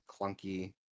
clunky